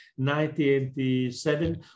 1987